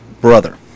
brother